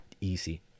easy